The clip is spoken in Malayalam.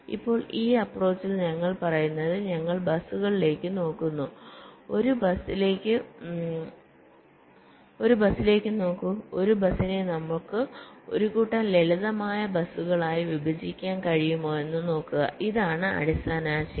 ഇപ്പോൾ ഈ അപ്പ്രോച്ചിൽ ഞങ്ങൾ പറയുന്നത് ഞങ്ങൾ ബസ്സുകളിലേക്ക് നോക്കുന്നു ഒരു ബസിലേക്ക് നോക്കു ഒരു ബസിനെ നമുക്ക് ഒരു കൂട്ടം ലളിതമായ ബസുകളായി വിഭജിക്കാൻ കഴിയുമോ എന്ന് നോക്കുക ഇതാണ് അടിസ്ഥാന ആശയം